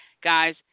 Guys